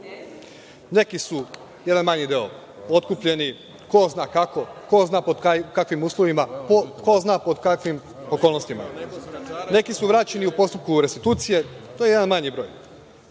Neki su, jedan manji deo, otkupljeni ko zna kako, ko zna pod kakvim uslovima, ko zna pod kakvim okolnostima, neki su vraćeni u postupku restitucije, to je jedan manji broj,